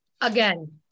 again